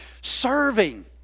serving